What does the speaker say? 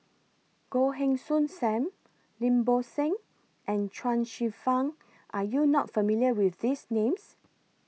Goh Heng Soon SAM Lim Bo Seng and Chuang Hsueh Fang Are YOU not familiar with These Names